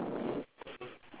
oh my goodness